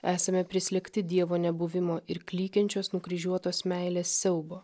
esame prislėgti dievo nebuvimo ir klykiančios nukryžiuotos meilės siaubo